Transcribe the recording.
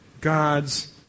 God's